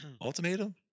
Ultimatum